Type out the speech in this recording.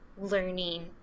learning